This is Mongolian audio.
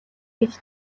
гэж